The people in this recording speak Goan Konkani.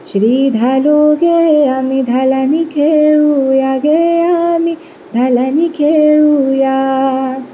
श्री धालो गे आमी धालांनी खेळुया गे आमी धालांनी खेळुया